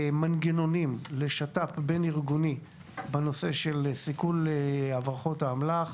מנגנונים לשת"פ בין-ארגוני בנושא של סיכול הברחות האמל"ח.